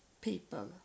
people